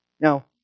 Now